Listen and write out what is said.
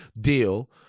deal